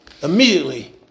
immediately